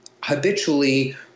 habitually